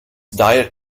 diet